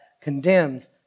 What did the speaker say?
condemns